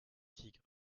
tigre